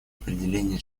определения